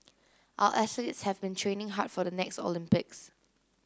our athletes have been training hard for the next Olympics